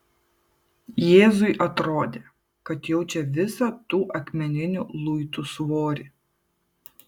jėzui atrodė kad jaučia visą tų akmeninių luitų svorį